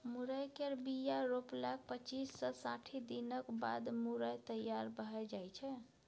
मुरय केर बीया रोपलाक पच्चीस सँ साठि दिनक बाद मुरय तैयार भए जाइ छै